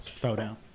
throwdown